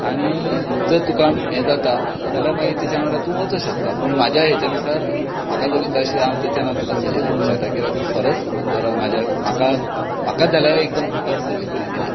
आनी जर तुका हें जाता जाल्यार मागीर तेच्या वांगडा तूं वचों शकता पूण म्हाज्या हेच्यानूसार म्हाका जर विचारशीत हांव तेचें नांव तुका सजेस्ट करुं शकता कित्याक तो खरोच बरो म्हाज्या म्हाका म्हाका जाल्यार एकदम प्रिफर्ड सर्वीस तांणे दिल्या